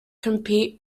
compete